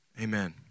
Amen